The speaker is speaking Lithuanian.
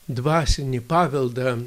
dvasinį paveldą